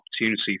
opportunity